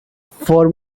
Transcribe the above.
for